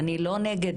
אני לא נגד